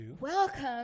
welcome